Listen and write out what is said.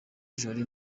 jolie